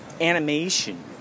animation